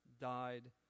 died